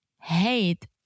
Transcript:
hate